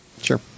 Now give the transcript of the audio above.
Sure